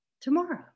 tomorrow